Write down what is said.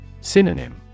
Synonym